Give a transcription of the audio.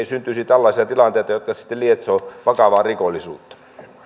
syntyisi tällaisia tilanteita jotka sitten lietsovat vakavaa rikollisuutta